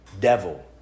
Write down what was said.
devil